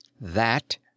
That